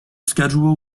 schedule